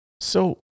So-